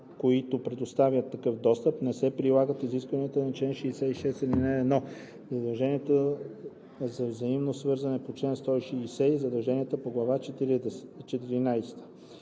които предоставят такъв достъп, не се прилагат изискванията на чл. 66, ал. 1, задълженията за взаимно свързване по чл. 160 и задълженията по глава